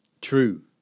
True